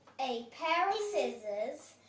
a pair of scissors,